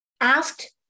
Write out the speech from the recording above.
asked